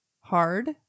hard